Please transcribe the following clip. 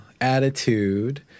attitude